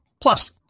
Plus